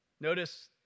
Notice